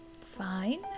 fine